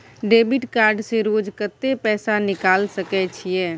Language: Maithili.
डेबिट कार्ड से रोज कत्ते पैसा निकाल सके छिये?